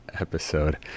episode